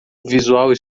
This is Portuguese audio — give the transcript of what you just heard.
visual